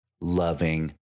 loving